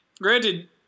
Granted